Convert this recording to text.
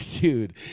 dude